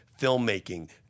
filmmaking